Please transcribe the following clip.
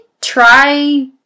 try